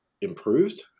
improved